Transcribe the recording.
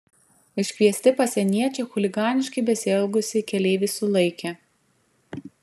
iškviesti pasieniečiai chuliganiškai besielgusį keleivį sulaikė